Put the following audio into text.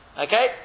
Okay